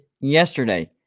yesterday